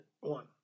one